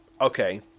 Okay